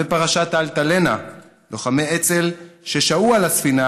גם בפרשת אלטלנה לוחמי אצ"ל ששהו על הספינה